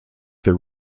their